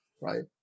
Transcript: right